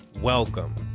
Welcome